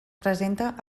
presenta